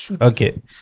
Okay